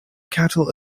cattle